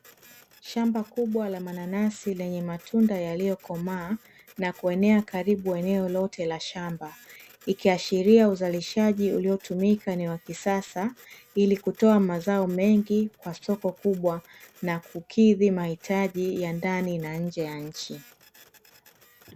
Shamba kubwa la mananasi, lenye matunda yaliokomaa, na kuenea karibu eneo lote la shamba, ikiashiria uzalishaji uliotumika ni wa kisasa, ili kutoa mazao mengi, kwa soko kubwa na kukidhi mahitaji ya ndani na nje ya nchi.